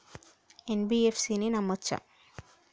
NBFC ని నమ్మచ్చా?